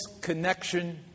connection